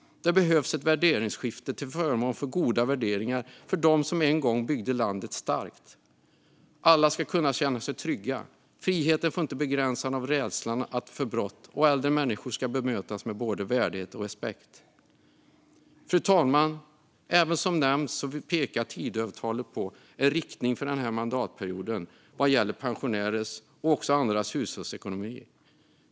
Det behövs också ett värderingsskifte till förmån för de goda värderingar som en gång byggde landet starkt. Alla ska kunna känna sig trygga. Friheten får inte begränsas av rädslan för brott, och äldre människor ska bemötas med både värdighet och respekt. Fru talman! Som har nämnts pekar Tidöavtalet ut en riktning för denna mandatperiod vad gäller pensionärers och även andras hushållsekonomi.